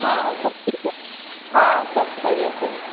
ہاں ہاں سب ٹھیک ہے ہاں سب خیریت سے ہے